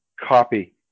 copy